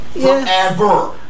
Forever